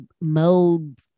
mode